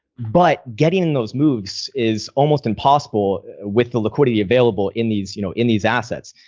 but getting those moves is almost impossible with the liquidity available in these you know in these assets.